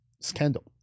scandal